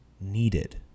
needed